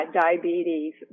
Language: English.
diabetes